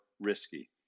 risky